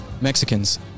Mexicans